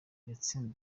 yatsinzwe